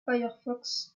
firefox